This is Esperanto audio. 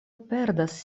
perdas